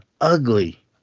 ugly